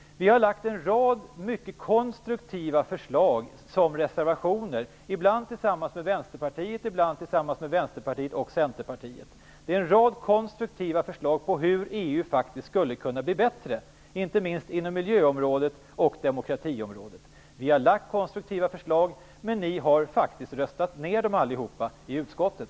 Vi har lagt fram en rad mycket konstruktiva förslag i form av reservationer, ibland tillsammans med Vänsterpartiet, ibland tillsammans med Vänsterpartiet och Centerpartiet. Det är en rad konstruktiva förslag till hur EU faktiskt skulle kunna bli bättre, inte minst inom miljö och demokratiområdena. Vi har lagt fram konstruktiva förslag, men ni har faktiskt röstat ned dem allihop i utskottet.